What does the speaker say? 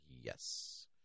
yes